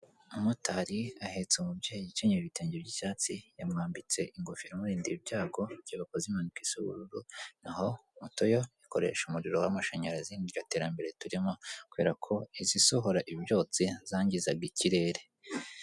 Umumotari ahetse umubyeyi ukenyeye ibitenge by'icyatsi yamwambitse ingofero imurinda ibyago byabakoze impanuka z'ubururu, naho moto yo ikoresha umuriro w'amashanyarazi ni ryo terambere turimo kubera ko izisohora ibyotsi zangizaga ikirere.